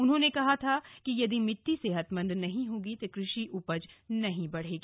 उन्होंने कहा था कि यदि मिट्टी सेहतमंद नहीं होगी तो कृषि उपज नहीं बढ़ेगी